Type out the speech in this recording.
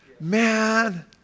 Man